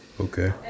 Okay